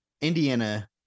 indiana